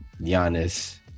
Giannis